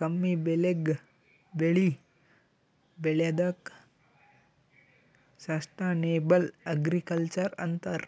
ಕಮ್ಮಿಬೆಲೆಗ್ ಬೆಳಿ ಬೆಳ್ಯಾದಕ್ಕ sustainable agriculture ಅಂತರ್